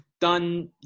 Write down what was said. done